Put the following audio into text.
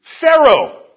Pharaoh